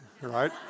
right